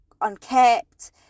unkept